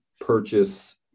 purchase